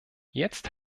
jetzt